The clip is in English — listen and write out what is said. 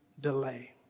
delay